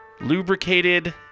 Lubricated